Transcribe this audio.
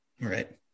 Right